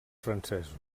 francesos